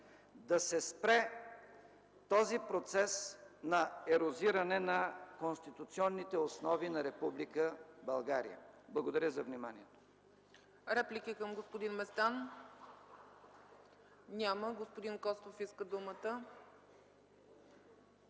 да се спре този процес на ерозиране на конституционните основи на Република България. Благодаря за вниманието.